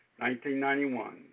1991